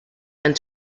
and